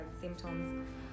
symptoms